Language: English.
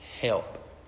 help